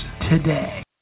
today